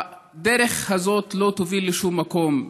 הדרך הזאת לא תוביל לשום מקום,